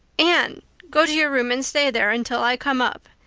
anne go to your room and stay there until i come up,